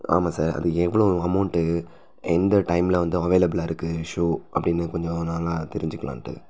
ஆமாம் சார் அது எவ்வளோ அமௌண்ட்டு எந்த டைமில் வந்து அவைலபிளாக இருக்குது ஷோ அப்படின்னு கொஞ்சம் நல்லா தெரிஞ்சுக்கலான்ட்டு